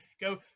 go